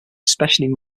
especially